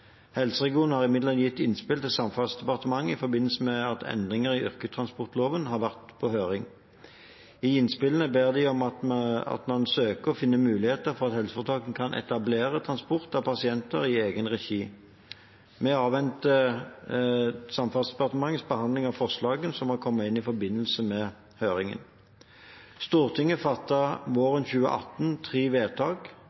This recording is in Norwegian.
har imidlertid gitt innspill til Samferdselsdepartementet i forbindelse med at endringer i yrkestransportloven har vært på høring. I innspillene ber de om at man søker å finne muligheter for at helseforetakene kan etablere transport av pasienter i egen regi. Vi avventer Samferdselsdepartementets behandling av forslagene som har kommet inn i forbindelse med høringen. Stortinget